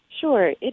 Sure